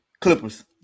Clippers